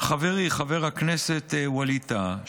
חברי חבר הכנסת ווליד טאהא,